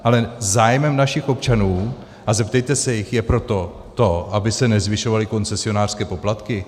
Ale zájmem našich občanů, a zeptejte se jich, je to, aby se nezvyšovaly koncesionářské poplatky.